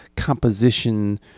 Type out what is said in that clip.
Composition